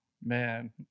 Man